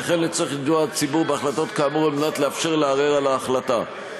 וכן לצורך יידוע הציבור בהחלטות כאמור על מנת לאפשר לערער על ההחלטה.